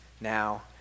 now